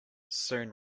soon